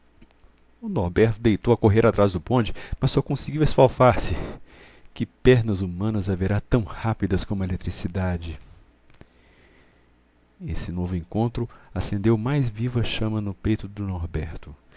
o norberto deitou a correr atrás do bonde mas só conseguiu esfalfar se que pernas humanas haverá tão rápidas como a eletricidade esse novo encontro acendeu mais viva chama no peito do norberto